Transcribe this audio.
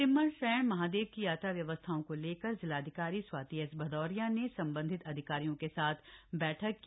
टिम्मरसैंण महादेव की यात्रा व्यवस्थाओं को लेकर जिलाधिकारी स्वाति एस भदौरिया ने संबंधित अधिकारियों के साथ बैठक की